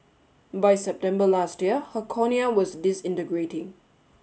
by September last year her cornea was disintegrating